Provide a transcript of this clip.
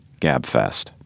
GabFest